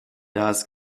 das